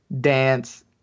dance